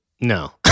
No